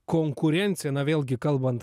konkurencija na vėlgi kalbant